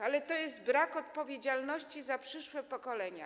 Ale to jest brak odpowiedzialności za przyszłe pokolenia.